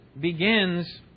begins